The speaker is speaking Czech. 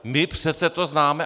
My přece to známe.